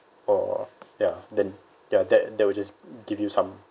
or ya then ya that that will just give you some